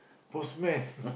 postman